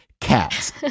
cats